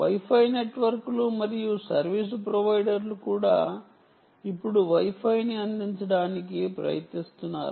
wi fi నెట్వర్క్లు మరియు service ప్రొవైడర్లు కూడా ఇప్పుడు Wi Fi ని అందించడానికి ప్రయత్నిస్తున్నారు